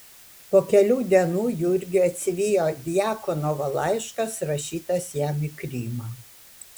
po kelių dienų jurgį atsivijo djakonovo laiškas rašytas jam į krymą